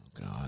God